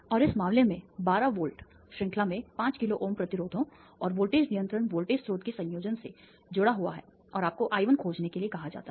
और इस मामले में 12 वोल्ट श्रृंखला में 5 किलोΩ प्रतिरोधों और वोल्टेज नियंत्रण वोल्टेज स्रोत के संयोजन से जुड़ा हुआ है और आपको I 1 खोजने के लिए कहा जाता है